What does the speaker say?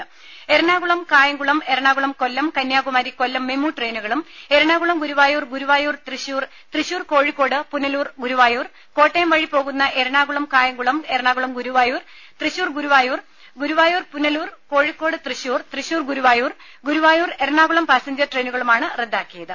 ടെട എറണാകുളം കായംകുളം എറണാകുളം കൊല്ലം കന്യാകുമാരി കൊല്ലം മെമു ട്രെയിനുകളും എറണാകുളം ഗുരുവായൂർ ഗുരുവായൂർ തൃശൂർ തൃശൂർ കോഴിക്കോട് പുനലൂർ ഗുരുവായൂർ കോട്ടയം വഴി പോകുന്ന എറണാകുളം കായംകുളം എറണാകുളം ഗുരുവായൂർ തൃശൂർ ഗുരുവായൂർ ഗുരുവായൂർ പുനലൂർ കോഴിക്കോട് തൃശൂർ തൃശൂർ ഗുരുവായൂർ ഗുരുവായൂർ എറണാകുളം പാസഞ്ചർ ട്രെയിനുകളുമാണ് റദ്ദാക്കിയത്